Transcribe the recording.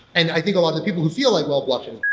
and i think a lot of people who feel like, well, blockchain